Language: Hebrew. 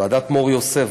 ועדת מור יוסף,